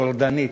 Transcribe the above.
טורדנית: